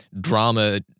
drama